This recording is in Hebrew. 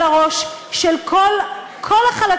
על הראש של כל החלקים,